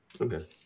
okay